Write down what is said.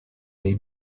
dei